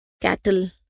cattle